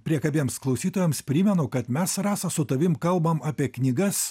priekabiems klausytojams primenu kad mes rasa su tavim kalbam apie knygas